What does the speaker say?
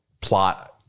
plot